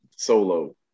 Solo